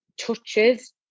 touches